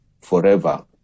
forever